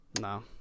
no